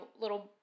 little